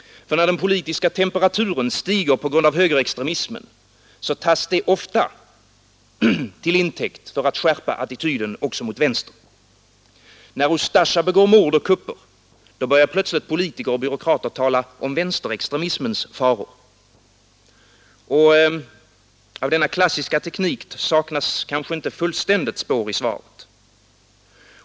När den politiska temperaturen stiger på grund av högerextremismen, så tas detta ofta till intäkt för att skärpa attityden också mot vänster. När Ustasja begår mord och kupper, då börjar plötsligt politiker och byråkrater tala om vänsterextremismens faror. Av denna klassiska teknik saknas inte helt spår i svaret.